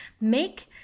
make